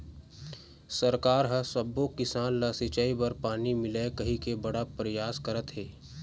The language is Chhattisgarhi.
सरकार ह सब्बो किसान ल सिंचई बर पानी मिलय कहिके बड़ परयास करत हे